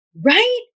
Right